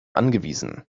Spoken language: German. angewiesen